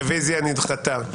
הרביזיה נדחתה.